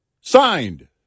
Signed